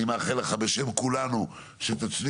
אני מאחל לך בשם כולנו שתצליח,